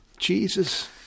Jesus